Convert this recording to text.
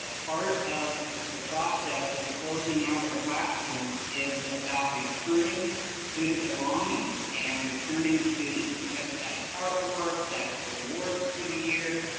ah part of the process of closing out our classrooms is about returning student belongings and returning students, that's that's artwork, that's awards for the year.